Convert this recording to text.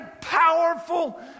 powerful